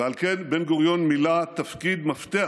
ועל כן בן-גוריון מילא תפקיד מפתח